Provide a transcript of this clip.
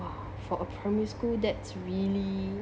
!wah! for a primary school that's really